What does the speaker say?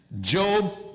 Job